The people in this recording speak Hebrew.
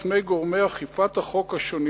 הוועדה ממליצה בפני גורמי אכיפת החוק השונים